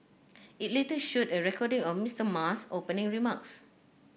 it later showed a recording of Mister Ma's opening remarks